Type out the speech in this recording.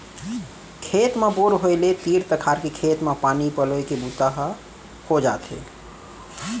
खेत म बोर होय ले तीर तखार के खेत म पानी पलोए के बूता ह हो जाथे